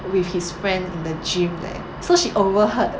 with his friend in the gym leh so she overheard